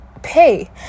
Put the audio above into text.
Pay